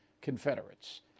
confederates